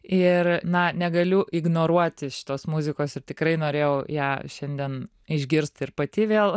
ir na negaliu ignoruoti šitos muzikos ir tikrai norėjau ją šiandien išgirst ir pati vėl